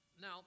now